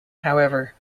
however